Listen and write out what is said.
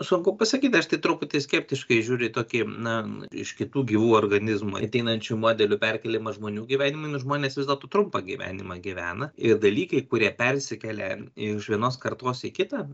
sunku pasakyt aš tai truputį skeptiškai žiūriu į tokį na iš kitų gyvų organizmų ateinančių modelių perkėlimą žmonių gyvenimui nu žmonės vis dėlto trumpą gyvenimą gyvena ir dalykai kurie persikelia iš vienos kartos į kitą